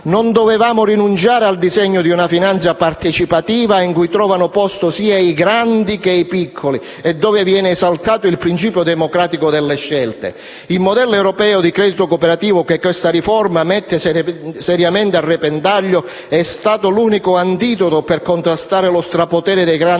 Non dovevamo rinunciare al disegno di una finanza partecipativa, in cui trovano posto sia i grandi che i piccoli e dove viene esaltato il principio democratico delle scelte. Il modello europeo di credito cooperativo che questa riforma mette seriamente a repentaglio è stato l'unico antidoto per contrastare lo strapotere dei grandi